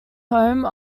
home